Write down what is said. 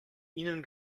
ihnen